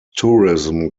tourism